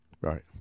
Right